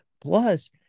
plus